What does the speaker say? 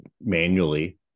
manually